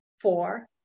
four